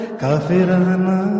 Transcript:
kafirana